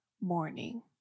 morning